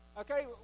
Okay